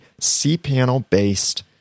cPanel-based